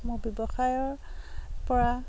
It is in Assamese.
মোৰ ব্যৱসায়ৰপৰা